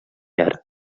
ara